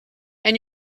and